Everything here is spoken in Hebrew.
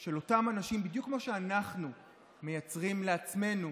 של אותם אנשים בדיוק כמו שאנחנו מייצרים לעצמנו